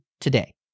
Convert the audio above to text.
today